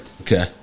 Okay